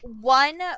One